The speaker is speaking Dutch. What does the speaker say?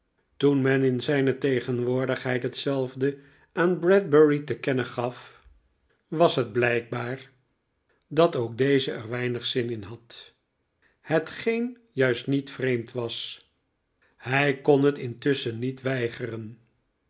toen men in zijne tegenwoordigheid hetzelfde aan bradbury te kennen gaf was het blijkbaar dat ook deze er weinig zin in had hetgeenjuist niet vreemd was hij kon het intusschen niet weigeren